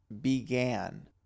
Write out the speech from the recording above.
began